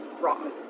wrong